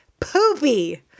Poopy